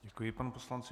Děkuji panu poslanci.